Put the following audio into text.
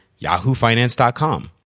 yahoofinance.com